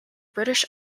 british